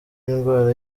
indwara